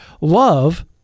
love